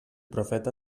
profeta